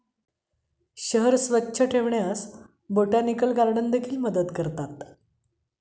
शहर स्वच्छ ठेवण्यास बोटॅनिकल गार्डन देखील मदत करतात